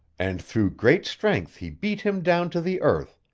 and through great strength he beat him down to the earth,